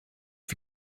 you